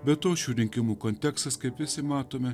be to šių rinkimų kontekstas kaip visi matome